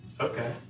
Okay